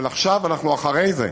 אבל עכשיו אנחנו אחרי זה.